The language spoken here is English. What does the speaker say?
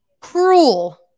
Cruel